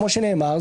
כמו שנאמר,